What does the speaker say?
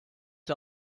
der